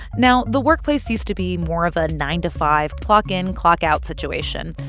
now, the workplace used to be more of a nine-to-five, clock-in, clock-out situation.